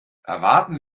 erwarten